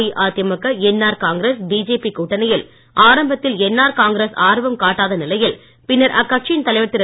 AIADMK NR Congress BJP கூட்டணியில் ஆரம்பத்தில் என்ஆர் காங்கிரஸ் ஆர்வம் காட்டாத நிலையில் பின்னர் அக்கட்சியின் தலைவர் திரு